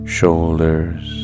shoulders